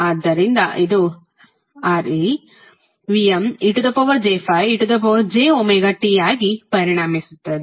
ಆದ್ದರಿಂದಇದು ReVmej∅ejωt ಆಗಿ ಪರಿಣಮಿಸುತ್ತದೆ